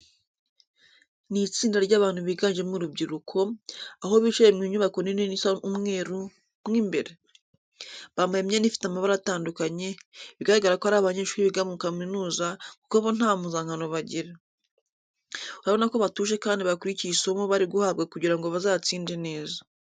Ni itsinda ry'abantu biganjemo urubyiruko, aho bicaye mu nyubako nini isa umweru mo imbere. Bambaye imyenda ifite amabara atandukanye, bigaragara ko ari abanyeshuri biga muri kaminuza kuko bo nta mpuzankano bagira. Urabona ko batuje kandi bakurikiye isomo bari guhabwa kugira ngo bazatsinde neza.